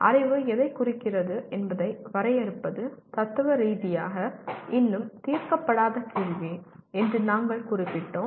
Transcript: அறிவு எதைக் குறிக்கிறது என்பதை வரையறுப்பது தத்துவ ரீதியாக இன்னும் தீர்க்கப்படாத கேள்வி என்று நாங்கள் குறிப்பிட்டோம்